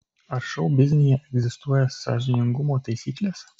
ar šou biznyje egzistuoja sąžiningumo taisyklės